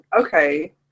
okay